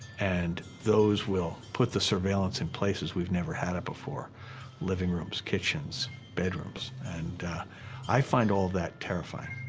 and those will put the surveillance in places we've never had it before living rooms, kitchens, bedrooms. and i find all of that terrifying.